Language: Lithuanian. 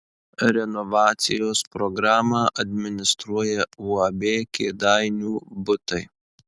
renovacijos programą administruoja uab kėdainių butai